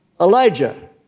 Elijah